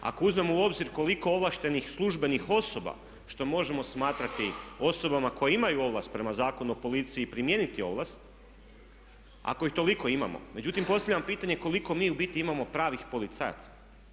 Ako uzmemo u obzir koliko ovlaštenih službenih osoba što možemo smatrati osobama koje imaju ovlast prema Zakonu o policiji primijeniti ovlast ako ih toliko imamo, međutim postavljam pitanje koliko mi u biti imamo pravih policajaca?